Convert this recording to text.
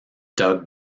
doug